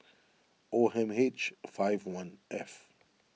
O M H five one F